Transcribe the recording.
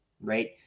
right